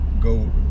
go